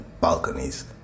balconies